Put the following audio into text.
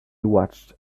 watched